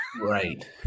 Right